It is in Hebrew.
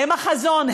הן החזון,